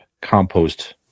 compost